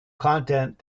content